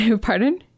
Pardon